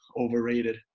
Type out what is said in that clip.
overrated